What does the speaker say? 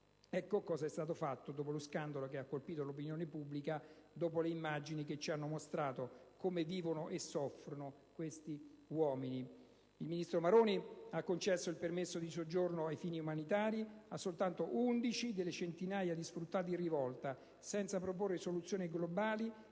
Cosa è stato fatto dopo lo scandalo che ha colpito l'opinione pubblica, dopo le immagini che ci hanno mostrato come vivono e soffrono questi uomini? II ministro Maroni ha concesso il permesso di soggiorno a fini umanitari a soltanto 11 delle centinaia di sfruttati in rivolta, senza proporre soluzioni globali